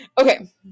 Okay